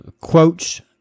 quotes